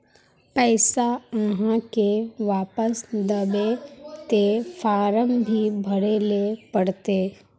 पैसा आहाँ के वापस दबे ते फारम भी भरें ले पड़ते?